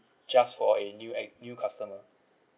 just for a new new customer